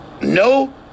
no